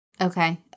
Okay